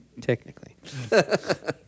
Technically